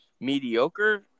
mediocre